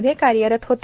मध्ये कार्यरत होते